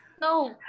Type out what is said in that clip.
No